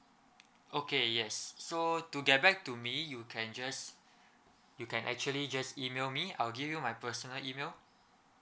okay yes so to get back to me you can just you can actually just email me I'll give you my personal email